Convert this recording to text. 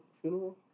funeral